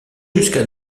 jusqu’à